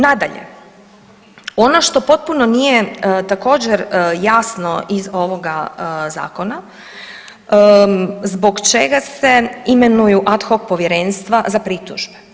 Nadalje, ono što potpuno nije također jasno iz ovoga zakona zbog čega se imenuju ad hoc povjerenstva za pritužbe.